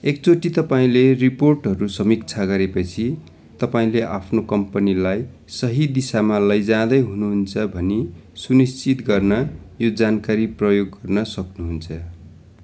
एकचोटि तपाईँँले रिपोर्टहरू समीक्षा गरेपछि तपाईँँले आफ्नो कम्पनीलाई सही दिशामा लैजाँदै हुनुहुन्छ भनी सुनिश्चित गर्न यो जानकारी प्रयोग गर्न सक्नुहुन्छ